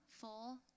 full